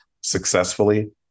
successfully